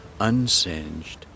unsinged